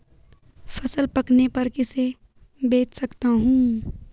फसल पकने पर किसे बेच सकता हूँ?